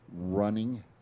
running